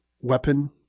weapon